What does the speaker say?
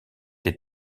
des